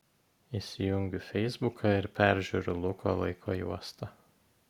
įsijungiu feisbuką ir peržiūriu luko laiko juostą